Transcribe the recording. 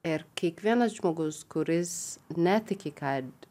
ir kiekvienas žmogus kuris netiki kad